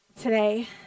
today